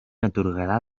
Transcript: atorgarà